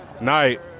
night